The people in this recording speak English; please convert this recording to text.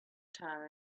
time